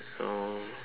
oh